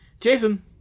Jason